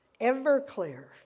Everclear